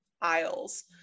aisles